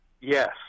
Yes